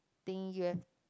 thing you have